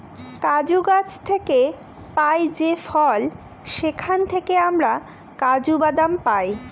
কাজু গাছ থেকে পাই যে ফল সেখান থেকে আমরা কাজু বাদাম পাই